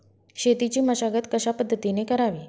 शेतीची मशागत कशापद्धतीने करावी?